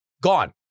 gone